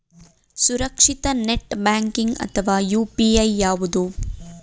ಸುರಕ್ಷಿತ net banking ಅಥವಾ UPI ಯಾವುದು?